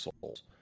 Souls